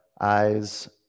eyes